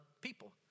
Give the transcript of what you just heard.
people